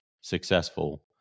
successful